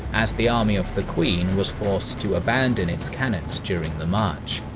as the army of the queen was forced to abandon its cannons during the march.